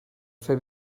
fer